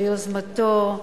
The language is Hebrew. ביוזמתו,